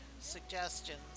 suggestions